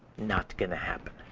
not going to happen,